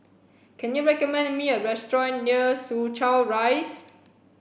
can you recommend me a restaurant near Soo Chow Rise